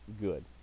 good